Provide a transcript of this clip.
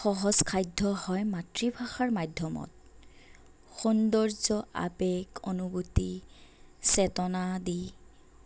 সহজসাধ্য হয় মাতৃভাষাৰ মাধ্যমত সৌন্দৰ্য আবেগ অনুভূতি চেতনা আদি